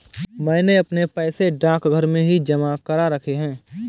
मैंने अपने पैसे डाकघर में ही जमा करा रखे हैं